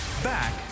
back